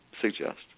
suggest